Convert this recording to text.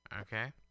okay